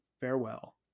farewell